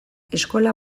eskola